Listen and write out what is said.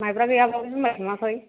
माइब्रा गैयाब्लाबो जुमाइ सङाखै